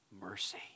mercy